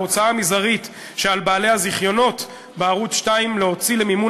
ההוצאה המזערית שעל בעלי הזיכיונות בערוץ 2 להוציא למימון